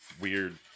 weird